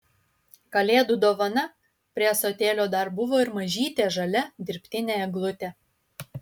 kalėdų dovana prie ąsotėlio dar buvo ir mažytė žalia dirbtinė eglutė